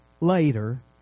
later